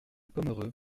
pomereux